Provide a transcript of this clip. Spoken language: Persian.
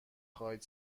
خواهید